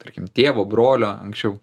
tarkim tėvo brolio anksčiau